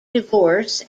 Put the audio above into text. divorce